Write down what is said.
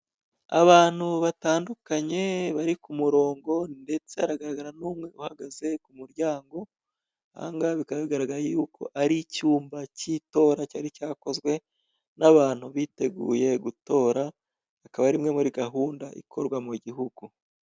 Abantu batandukanye bari ku murongo ndetse haragaragara n'umwe uhagaze ku muryango, ahangaha bikaba bigaragara yuko ari icyumba cy'Itora cyari cyakozwe n'abantu biteguye gutora, akaba ari imwe muri gahunda ikorwa mu gihugu.